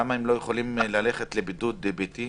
למה הם לא יכולים ללכת לבידוד ביתי,